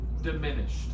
diminished